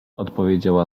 odpowiedziała